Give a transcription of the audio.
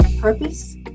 Purpose